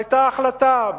היתה החלטה.